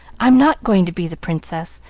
i'm not going to be the princess.